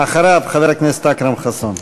אחריו, חבר הכנסת אכרם חסון.